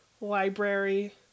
library